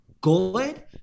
Good